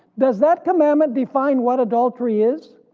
does that commandment define what adultery is?